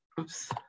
oops